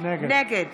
נגד